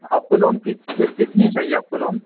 آپ کو لون کس کس لیے چاہیے آپ کو لون